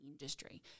industry